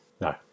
no